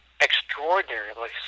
extraordinarily